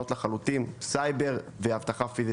לדוגמה: סייבר ואבטחה פיזית.